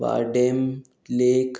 वाडेंम लेक